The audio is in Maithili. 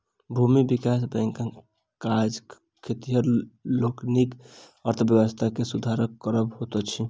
भूमि विकास बैंकक काज खेतिहर लोकनिक अर्थव्यवस्था के सुधार करब होइत अछि